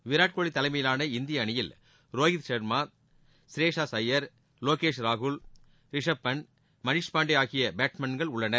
விராட்கோலி தலைமையிலான இந்திய அணியில் ரோஹித் ஷர்மா ஸ்ரேஷயர் அய்யர் லோகேஷ் ராகுல் ரிஷப் பண்ட் மணிஷ் பாண்டே ஆகிய பேட்ஸ்மேன்கள் உள்ளனர்